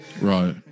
Right